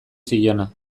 ziona